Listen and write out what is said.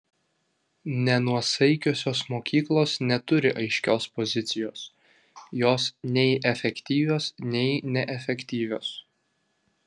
nenuosaikiosios mokyklos neturi aiškios pozicijos jos nei efektyvios nei neefektyvios